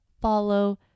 follow